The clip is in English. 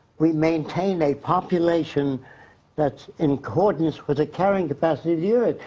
we maintain a population that's in accordance with the carrying capacity of the earth.